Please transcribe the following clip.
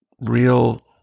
real